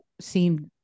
seemed